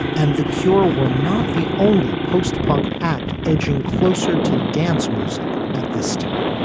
and the cure were not the only post punk act edging closer to dance music. at this time